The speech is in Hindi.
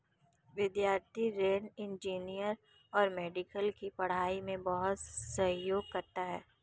विद्यार्थी ऋण इंजीनियरिंग और मेडिकल की पढ़ाई में बहुत सहयोग करता है